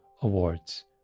awards